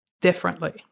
differently